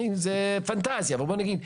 זו פנטזיה אבל בואו נגיד,